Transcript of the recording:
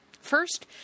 First